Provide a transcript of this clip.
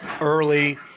Early